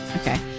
okay